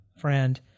friend